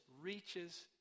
reaches